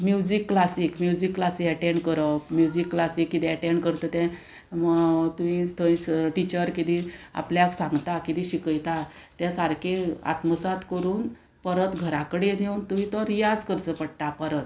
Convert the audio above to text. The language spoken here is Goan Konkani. म्युजीक क्लासीक म्युजीक क्लासीक एटेंड करप म्युजीक क्लासी कितें एटेंड करता तें तुवें थंय टिचर कितें आपल्याक सांगता किदें शिकयता तें सारकें आत्मसात करून परत घराकडेन येवन तुवें तो रियाज करचो पडटा परत